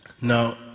Now